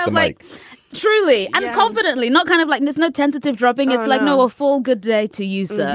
um like truly and confidently. not kind of like this. no. tentative dropping. it's like. no, a full. good day to you, sir